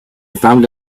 found